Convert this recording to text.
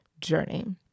journey